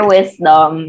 Wisdom